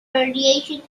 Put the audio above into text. radiation